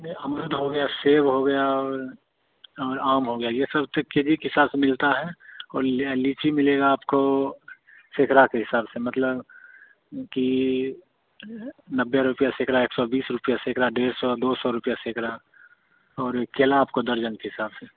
में अमरुद हो गया सेब हो गया और आम हो गया यह सब तो के जी के हिसाब से मिलता है और ले लीची मिलेगी आपको सैकड़ा के हिसाब से मतलब कि नब्बे रुपये सैकरा एक सौ बीस रुपये सैकरा डेढ़ सौ दो सौ रुपये सैकरा और केला आपको दर्जन के हिसाब से